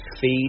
feed